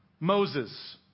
Moses